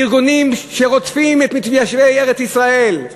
ארגונים שרודפים את מתיישבי ארץ-ישראל,